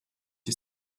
you